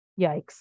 yikes